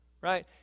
right